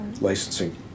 licensing